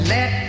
Let